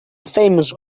famous